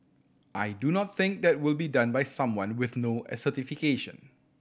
I do not think that will be done by someone with no certification